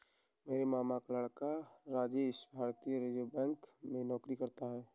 मेरे मामा का लड़का राजेश भारतीय रिजर्व बैंक में नौकरी करता है